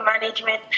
management